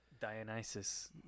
Dionysus